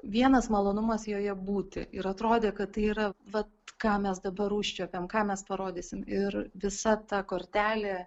vienas malonumas joje būti ir atrodė kad tai yra vat ką mes dabar užčiuopiam ką mes parodysim ir visa ta kortelė